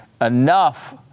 enough